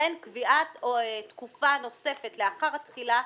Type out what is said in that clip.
וכן קביעת תקופה נוספת לאחר התחילה,